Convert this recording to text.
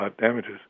damages